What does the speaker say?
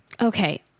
Okay